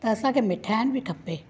त असांखे मिठाणु बि खपे